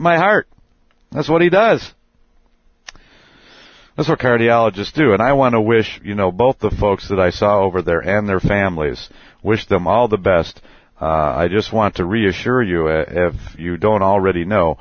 my heart that's what he does that's what cardiologists do and i want to wish you know both the folks that i saw over there and their families wish them all the best i just want to reassure you you don't already know